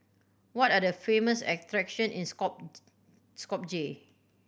what are the famous attraction is Skopje